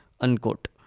unquote